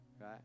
Right